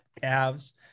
calves